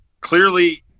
clearly